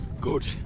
Good